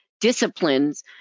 disciplines